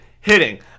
hitting